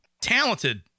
talented